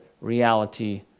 reality